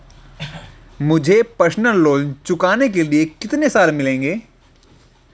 मुझे personal loan चुकाने के लिए कितने साल मिलेंगे?